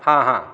हां हां